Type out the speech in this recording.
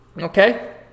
Okay